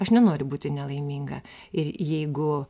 aš nenoriu būti nelaiminga ir jeigu